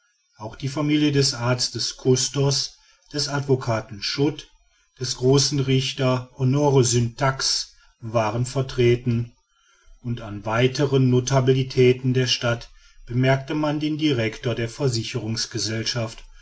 auch die familien des arztes custos des advocaten schut des großen richters honor syntax waren vertreten und an weiteren notabilitäten der stadt bemerkte man den director der